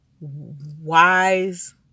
wise